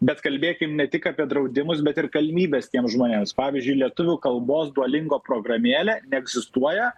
bet kalbėkim ne tik apie draudimus bet ir galimybes tiem žmonėms pavyzdžiui lietuvių kalbos duolingo programėlė neegzistuoja